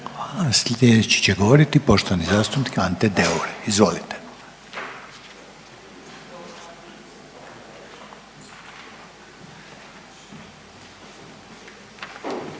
Slijedeći će govoriti poštovani zastupnik Ante Deur, izvolite.